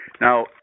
Now